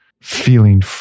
feeling